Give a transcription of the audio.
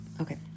Okay